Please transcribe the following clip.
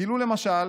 גילו למשל,